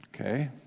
Okay